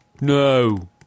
no